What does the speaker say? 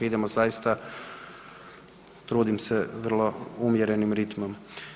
Idemo zaista, trudim se, vrlo umjerenim ritmom.